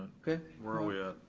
okay. where are we at,